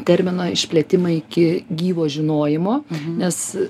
termino išplėtimą iki gyvo žinojimo nes